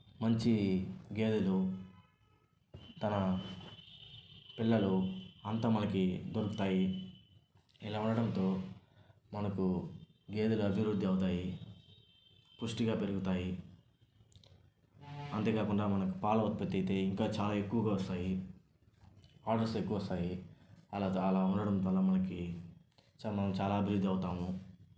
మంచి గేదెలు తన పిల్లలు అంత మనకి దొరుకుతాయి ఇలా ఉండడంతో మనకు గేదెలు అభివృద్ధి అయితాయి పుష్టిగా పెరుగుతాయి అంతేకాకుండా మనకు పాల ఉత్పత్తి ఇంకా చాలా ఎక్కువగా వస్తాయి ఆర్డర్స్ ఎక్కువ వస్తాయి అలా ఉండడం వల్ల మనకి మనం చాలా అభివృద్ధి అవుతాము